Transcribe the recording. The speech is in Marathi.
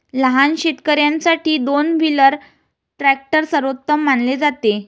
लहान शेतकर्यांसाठी दोन व्हीलर ट्रॅक्टर सर्वोत्तम मानले जाते